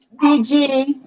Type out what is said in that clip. dg